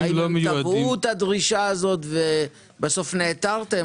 הם תבעו את הדרישה הזאת ובסוף נעתרתם?